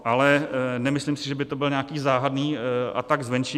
Ale nemyslím si, že by to byl nějaký záhadný atak zvenčí.